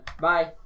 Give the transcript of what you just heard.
Bye